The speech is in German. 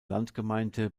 landgemeinde